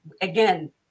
again